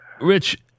Rich